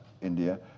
India